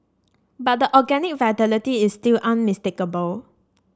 but the organic vitality is still unmistakable